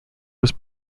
was